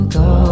go